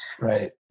Right